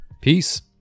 Peace